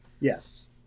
Yes